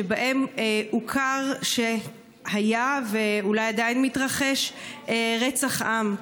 שבהם הוכר שהיה ואולי עדיין מתרחש רצח עם,